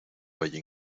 valle